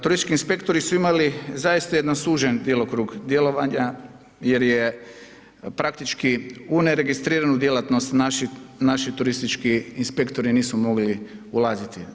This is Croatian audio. Turistički inspektori su imali zaista jedan sužen djelokrug djelovanja, jer je praktički u neregistriranu djelatnost naši turistički inspektori nisu mogli ulaziti.